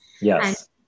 Yes